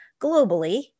globally